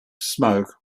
smoke